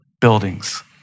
buildings